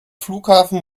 flughafen